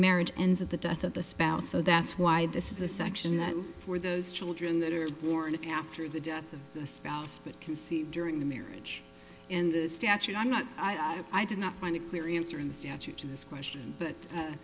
marriage ends at the death of the spouse so that's why this is a section that for those children that are born after the death of the spouse but conceived during the marriage in the statute i'm not i do not find a clearance or in the statute to this question but